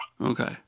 Okay